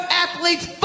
athletes